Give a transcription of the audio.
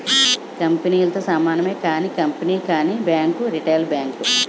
కంపెనీలతో సమానమే కానీ కంపెనీ కానీ బ్యాంక్ రిటైల్ బ్యాంక్